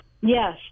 Yes